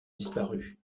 disparu